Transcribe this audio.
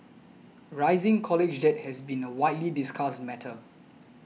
rising college debt has been a widely discussed matter